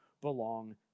belong